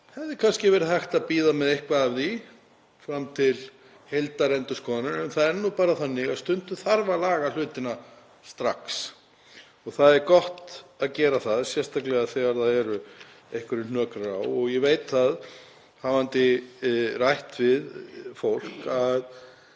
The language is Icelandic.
hefði kannski verið hægt að bíða með eitthvað af því fram til heildarendurskoðunar en það er nú bara þannig að stundum þarf að laga hlutina strax. Og það er gott að gera það, sérstaklega þegar einhverjir hnökrar eru á. Ég veit það, hafandi rætt við fólk, að